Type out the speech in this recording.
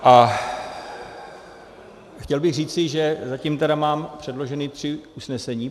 A chtěl bych říci, že zatím mám předložena tři usnesení.